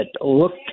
looked